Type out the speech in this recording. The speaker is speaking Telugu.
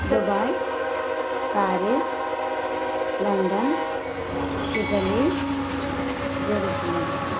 Dubai Paris London Italy Jerusalem